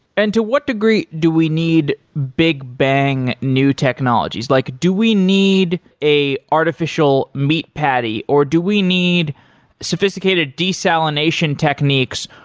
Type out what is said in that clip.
and to what degree do we need big bang new technologies? like do we need an artificial meat patty, or do we need sophisticated desalination techniques,